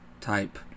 type